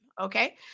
okay